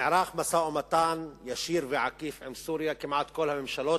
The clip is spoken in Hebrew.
נערך משא-ומתן ישיר ועקיף עם סוריה כמעט של כל הממשלות,